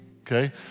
Okay